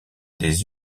des